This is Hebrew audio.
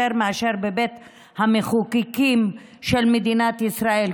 מאשר בבית המחוקקים של מדינת ישראל.